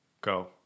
go